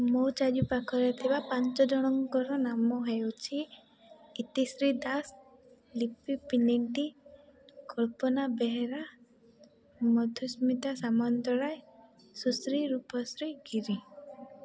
ମୋ ଚାରିପାଖରେ ଥିବା ପାଞ୍ଚଜଣଙ୍କର ନାମ ହେଉଛି ଇତିଶ୍ରୀ ଦାସ ଲିପି ପିନିଣ୍ଟି କଳ୍ପନା ବେହେରା ମଧୁସ୍ମିତା ସାମନ୍ତରାୟ ସୁଶ୍ରୀ ରୂପଶ୍ରୀ ଗିରି